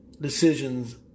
decisions